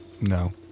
No